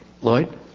Lloyd